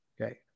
Okay